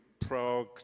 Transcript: Prague